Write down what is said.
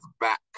back